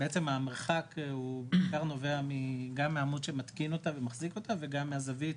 המרחק בעיקר נובע גם מהעמוד שמתקין אותה ומחזיק אותה וגם מהזווית